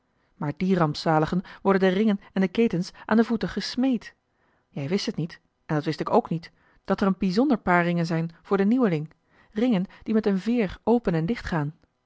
maar dien rampzaligen worden de ringen en de ketens aan de voeten gesmeed jij wist het niet en dat wist ik ook niet dat er een bijzonder paar ringen zijn voor den nieuweling ringen die met een veer openen dichtgaan